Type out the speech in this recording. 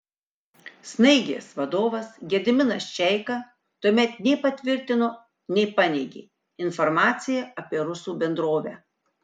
snaigės vadovas gediminas čeika tuomet nei patvirtino nei paneigė informaciją apie rusų bendrovę